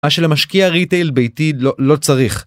מה שלמשקיע ריטייל ביתי לא צריך